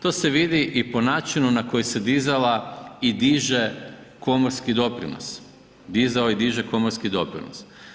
To se vidi i po načinu na koji se dizala i diže komorski doprinos, dizao i diže komorski doprinos.